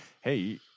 hey